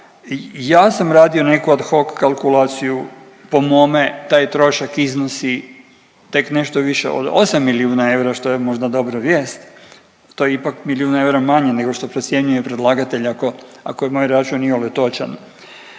Ja sam radio neku ad hoc kalkulaciju po mome taj trošak iznosi tek nešto više od 8 milijuna eura što je možda dobra vijest, to je ipak milijun eura manje nego što procjenjuje predlagatelj ako, ako je moj račun iole točan.